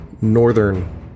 northern